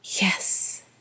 Yes